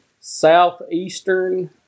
southeastern